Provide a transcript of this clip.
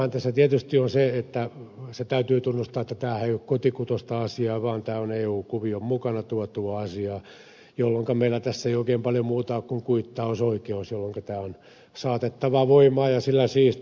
lähtökohtanahan tässä tietysti on se se täytyy tunnustaa että tämähän ei ole kotikutoista asiaa vaan tämä on eu kuvion mukana tuotua asiaa jolloinka meillä tässä ei oikein paljon muuta ole kuin kuittausoikeus jolloinka tämä on saatettava voimaan ja sillä siisti